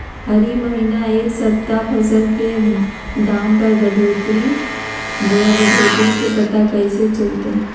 हरी महीना यह सप्ताह फसल के दाम में घटोतरी बोया बढ़ोतरी के पता कैसे चलतय?